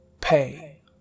pay